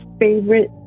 favorite